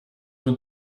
man